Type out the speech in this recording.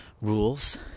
rules